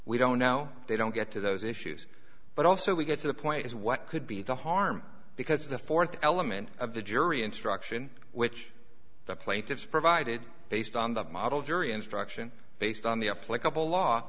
we don't now they don't get to those issues but also we get to the point is what could be the harm because the fourth element of the jury instruction which the plaintiffs provided based on the model jury instruction based on the